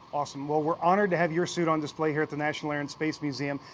awesome, well, we're honored to have your suit on display here at the national air and space museum.